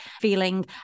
feeling